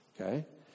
Okay